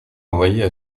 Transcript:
envoyaient